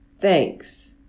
Thanks